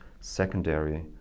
secondary